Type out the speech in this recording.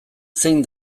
zein